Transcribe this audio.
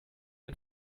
ein